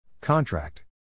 Contract